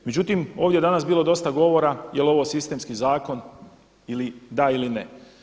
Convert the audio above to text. Međutim, ovdje je danas bilo dosta govora je li ovo sistemski zakon ili da ili ne.